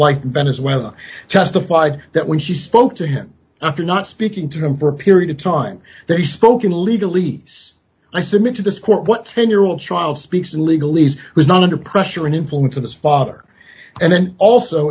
like venezuela testified that when she spoke to him after not speaking to him for a period of time they spoke in illegally i submit to this court what ten year old child speaks in legal ease who is not under pressure and influence of his father and then also